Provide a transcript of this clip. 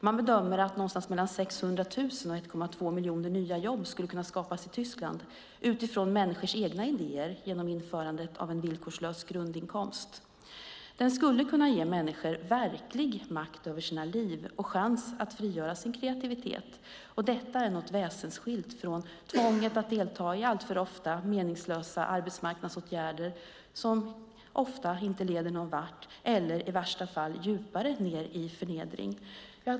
Man bedömer att mellan 600 000 och 1,2 miljoner nya jobb skulle kunna skapas i Tyskland utifrån människors egna idéer genom införandet av en villkorslös grundinkomst. Den skulle kunna ge människor verklig makt över sina liv och chans att frigöra sin kreativitet. Detta är något väsensskilt från tvånget att delta i alltför ofta meningslösa arbetsmarknadsåtgärder som ofta inte leder någonvart eller i värsta fall leder djupare ned i förnedring.